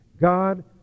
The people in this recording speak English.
God